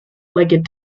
legged